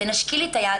תנשקי לי את היד,